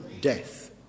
death